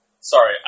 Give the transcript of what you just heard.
Sorry